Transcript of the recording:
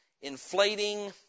inflating